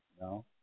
No